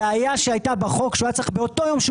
הבעיה שהייתה בחוק שהוא היה צריך באותו יום שהוא